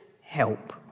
help